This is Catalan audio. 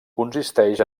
consisteix